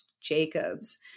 Jacobs